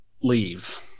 leave